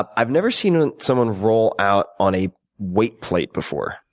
i've never seen ah someone roll out on a weight plate before.